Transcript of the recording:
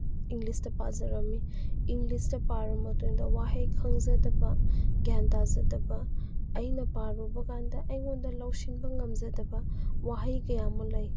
ꯏꯪꯂꯤꯁꯇ ꯄꯥꯖꯔꯝꯃꯤ ꯏꯪꯂꯤꯁꯇ ꯄꯥꯔ ꯃꯇꯨꯡꯗ ꯋꯥꯍꯩ ꯈꯪꯖꯗꯕ ꯒ꯭ꯌꯥꯟ ꯇꯥꯖꯗꯕ ꯑꯩꯅ ꯄꯥꯔꯨꯕ ꯀꯥꯟꯗ ꯑꯩꯉꯣꯟꯗ ꯂꯧꯁꯤꯟꯕ ꯉꯝꯖꯗꯕ ꯋꯥꯍꯩ ꯀꯌꯥ ꯑꯃ ꯂꯩ